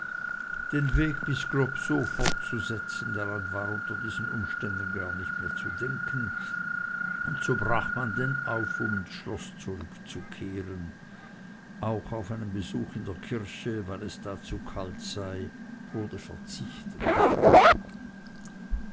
den weg bis globsow fortzusetzen daran war unter diesen umständen gar nicht mehr zu denken und so brach man denn auf um ins schloß zurückzukehren auch auf einen besuch in der kirche weil es da zu kalt sei wurde verzichtet